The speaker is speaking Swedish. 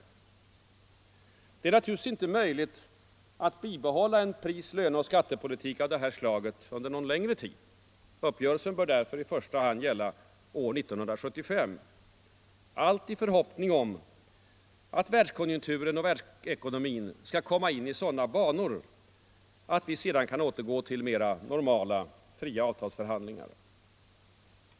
Det är naturligtvis inte möjligt att bibehålla en pris-, löneoch skattepolitik av det här slaget under någon längre tid. Uppgörelsen bör därför i första hand gälla år 1975, allt i förhoppning om att världskonjunkturen och världsekonomin skall komma in i sådana banor att vi sedan kan återgå till mera normala, fria avtalsförhandlingar.